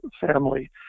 family